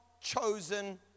chosen